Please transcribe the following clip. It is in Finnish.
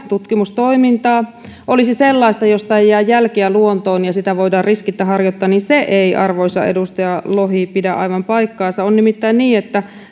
tutkimustoimintaa olisi sellaista josta ei jää jälkeä luontoon ja jota voidaan riskittä harjoittaa ei arvoisa edustaja lohi pidä aivan paikkaansa on nimittäin niin että